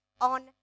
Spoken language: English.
on